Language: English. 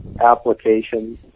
applications